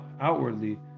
outwardly